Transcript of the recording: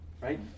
Right